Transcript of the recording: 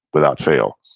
without fail.